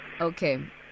Okay